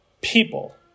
people